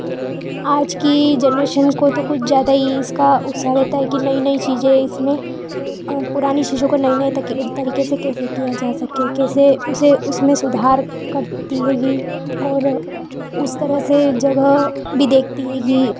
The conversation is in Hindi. आज की जनरेशन को तो कुछ ज़्यादा ही इसका उत्साह रहता है कि नई नई चीज़ें इसमें और पुरानी चीज़ों को नई नई तक तरीके से कैसे किया जा सके कैसे उसे उसमें सुधार करती हैं गी और उस तरह से जगह भी देखती हेगी